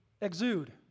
exude